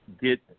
get